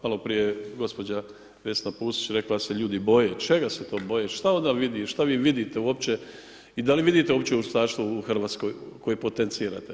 Malo prije je gospođa Vesna Pusić rekla da se ljudi boje, čega se to boje, šta ona vidi, šta vi vidite uopće i da li vidite uopće ustaštvo Hrvatskoj koje potencirate.